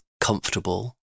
comfortable